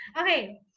Okay